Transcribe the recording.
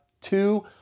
Two